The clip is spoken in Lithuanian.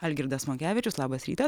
algirdas monkevičius labas rytas